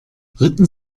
ritten